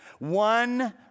One